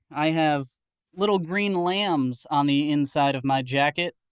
i have little green lambs on the inside of my jacket.